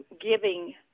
giving